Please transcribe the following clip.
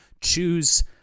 choose